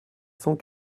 cent